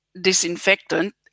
disinfectant